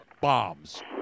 bombs